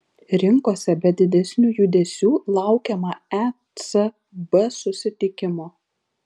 rinkose be didesnių judesių laukiama ecb susitikimo